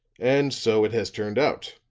and so it has turned out.